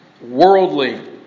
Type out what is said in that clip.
worldly